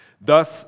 Thus